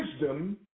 wisdom